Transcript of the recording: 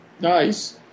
Nice